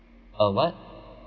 uh what